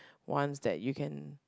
wants that you can